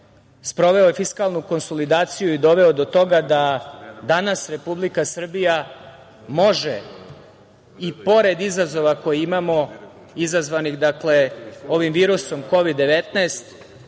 sproveo je fiskalnu konsolidaciju i doveo je do toga da danas Republika Srbija može i pored izazova koje imamo, izazvanih ovim virusom Kovid-19,